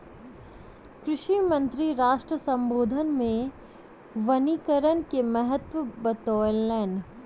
कृषि मंत्री राष्ट्र सम्बोधन मे वनीकरण के महत्त्व बतौलैन